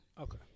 Okay